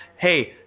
hey